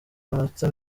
amanota